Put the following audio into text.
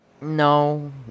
No